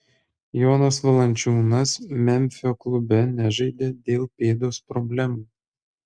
jonas valančiūnas memfio klube nežaidė dėl pėdos problemų